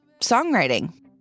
songwriting